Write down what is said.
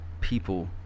people